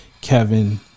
Kevin